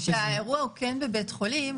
אני חושבת שהאירוע הוא כן בבית חולים,